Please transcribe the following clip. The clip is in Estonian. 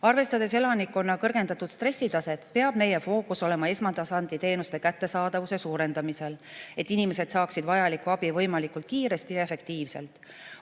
Arvestades elanikkonna kõrgendatud stressitaset, peab meie fookus olema esmatasandi teenuste kättesaadavuse suurendamisel, et inimesed saaksid vajaliku abi võimalikult kiiresti ja efektiivselt.